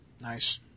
Nice